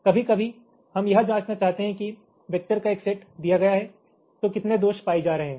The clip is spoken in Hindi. कभी कभी हम यह जांचना चाहते हैं कि वैक्टर का एक सेट दिया गया है तो कितने दोष पाए जा रहे हैं